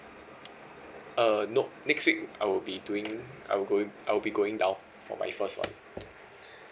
uh nop next week I will be doing I will going I will be going down for my first one